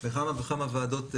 וכמה ועדות בכנסת,